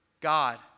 God